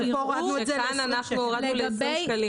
כאן הורדנו את זה ל-20 שקלים.